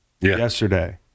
yesterday